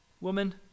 Woman